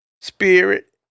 spirit